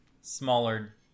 smaller